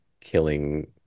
killing